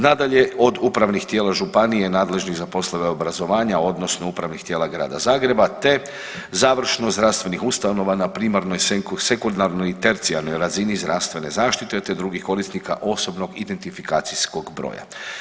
Nadalje, od upravnih tijela županije nadležnih za poslove obrazovanja odnosno upravnih tijela Grada Zagreba te završno zdravstvenih ustanova na primarnoj, sekundarnoj i tercijarnoj razini zdravstvene zaštite te drugih korisnika osobnog identifikacijskog broja.